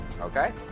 Okay